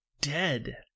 dead